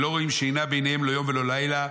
ולא רואין שינה בעיניהם לא יום ולא לילה.